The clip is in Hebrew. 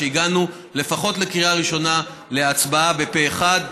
שהגענו לפחות בקריאה ראשונה להצבעה פה אחד.